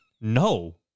No